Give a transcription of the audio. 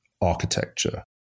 architecture